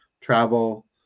travel